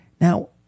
Now